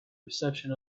reception